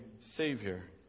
savior